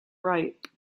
right